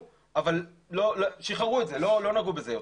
אבל שחררו את זה ולא נגעו בזה יותר.